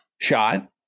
shot